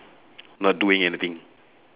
not doing anything